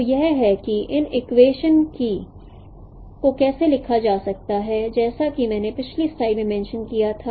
तो यह है कि इन इक्वेशनस को कैसे लिखा जाता है जैसा कि मैंने पिछली स्लाइड में मेंशं किया था